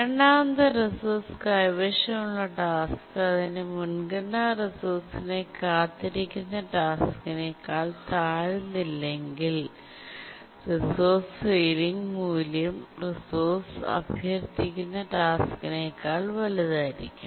രണ്ടാമത്തെ റിസോഴ്സ് കൈവശമുള്ള ടാസ്ക് അതിന്റെ മുൻഗണന റിസോഴ്സിനായി കാത്തിരിക്കുന്ന ടാസ്ക്കിനേക്കാൾ താഴുന്നില്ലെങ്കിൽ റിസോഴ്സ് സീലിംഗ് മൂല്യം റിസോഴ്സ് അഭ്യർത്ഥിക്കുന്ന ടാസ്ക്കിനേക്കാൾ വലുതായിരിക്കണം